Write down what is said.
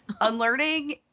Unlearning